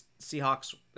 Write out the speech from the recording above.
Seahawks